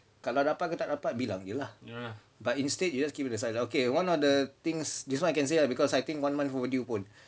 kalau dapat ke tak dapat bilang jer lah but instead you just keep the si~ okay one of the things this [one] I can say lah because I think one month dah over pun